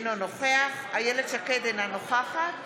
אינו נוכח איילת שקד, אינה נוכחת